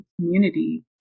community